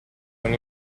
non